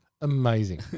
Amazing